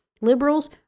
liberals